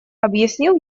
объяснил